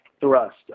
thrust